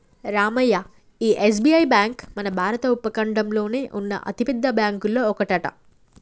రామయ్య ఈ SBI bank మన భారత ఉపఖండంలోనే ఉన్న అతిపెద్ద బ్యాంకులో ఒకటట